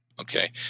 Okay